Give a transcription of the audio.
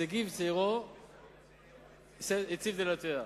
ובשגיב צעירו הציב דלתיה.